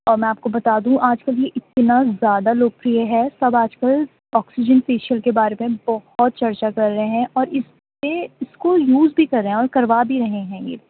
اور میں آپ کو بتادوں آج کل یہ اتنا زیادہ لوک پریے ہے سب آج کل آکسیجن فیشیل کے بارے میں بہت چرچہ کر رہے ہیں اور اس سے اس کو یوز بھی کر رہے ہیں اور کروا بھی رہے ہیں یہ